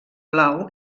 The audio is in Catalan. blau